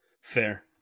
fair